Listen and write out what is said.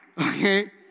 Okay